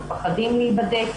מפחדים להיבדק,